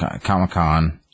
Comic-Con